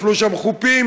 נפלו שם חופים,